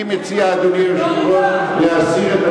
נאמנות לפלורידה?